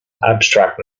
abstract